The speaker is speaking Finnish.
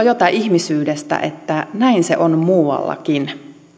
jotain ihmisyydestä että näin se on muuallakin